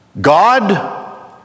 God